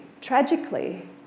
tragically